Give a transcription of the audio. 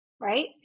right